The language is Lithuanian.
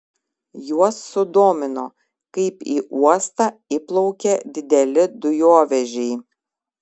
juos sudomino kaip į uostą įplaukia dideli dujovežiai